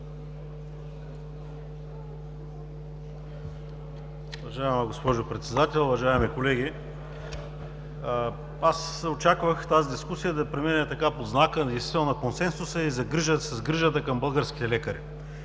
Уважаема госпожо Председател, уважаеми колеги, очаквах тази дискусия да премине под знака наистина на консенсуса и с грижата към българските лекари.